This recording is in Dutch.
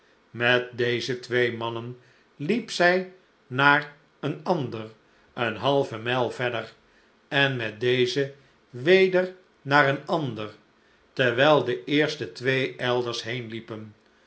met deze twee mannen liep zij naar een ander een halve mijl verder en met dezen weder naar een ander terwijl de eerste twee elders heen liepen